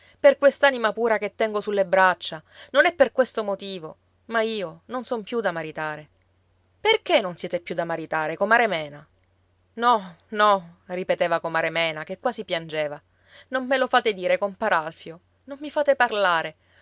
lagrime per quest'anima pura che tengo sulle braccia non è per questo motivo ma io non son più da maritare perché non siete più da maritare comare mena no no ripeteva comare mena che quasi piangeva non me lo fate dire compar alfio non mi fate parlare